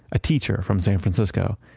a teacher from san francisco.